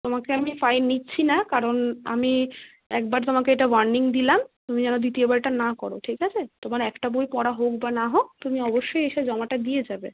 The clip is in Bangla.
তোমাকে আমি ফাইন নিচ্ছি না কারণ আমি একবার তোমাকে এটা ওয়ার্নিং দিলাম তুমি যেন দ্বিতীয়বার এটা না করো ঠিক আছে তোমার একটা বই পড়া হোক বা না হোক তুমি অবশ্যই এসে জমাটা দিয়ে যাবে